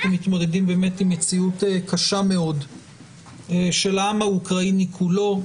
אנחנו מתמודדים עם מציאות קשה מאוד של העם האוקראיני כולו,